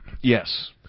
Yes